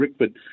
Rickford